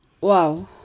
Wow